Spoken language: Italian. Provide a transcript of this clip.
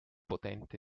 potente